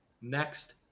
next